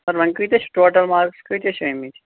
سَر وۅنۍ کٲتیٛاہ چھِ ٹوٹل مارکٕس کٲتیٛاہ چھِ آمِتۍ